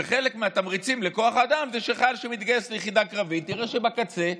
וחלק מהתמריצים לכוח אדם זה שחייל שמתגייס ליחידה קרבית יראה שבקצה,